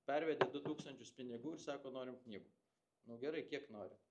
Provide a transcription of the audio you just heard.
pervedė du tūkstančius pinigų ir sako norim knygų nu gerai kiek norit